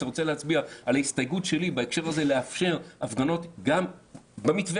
להצביע על ההסתייגות שלי לאפשר הפגנות גם במתווה